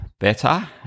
Better